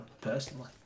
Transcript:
personally